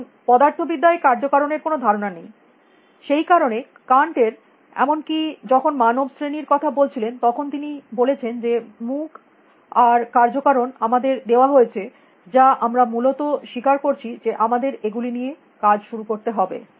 এখনপদার্থবিদ্যা য় কার্য কারণের কোনো ধারণা নেই সেই কারণে কান্টের এমনকি যখন মানব শ্রেণীর কথা বলছিলেন তখন তিনি বলেছেন যে মুখ আর কার্য কারণ আমাদের দেওয়া হয়েছে যা আমরা মূলত স্বীকার করছি যে আমাদের এগুলি নিয়ে কাজ শুরু করতে হবে